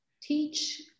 teach